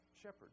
shepherd